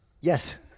Yes